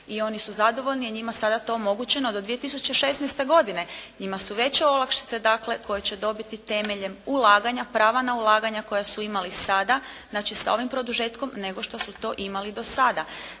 i oni su zadovoljni, je njima sada to omogućeno da 2016. godine. Njima su veće olakšice dakle koje će dobiti temeljem ulaganja, prava na ulaganja koja su imali sada znači sa ovim produžetkom nego što su to imali do sada.